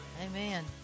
Amen